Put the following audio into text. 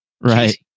right